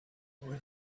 boy